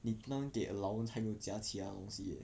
你单单给 allowance 还有加其他东西 leh